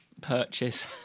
purchase